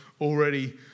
already